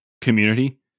community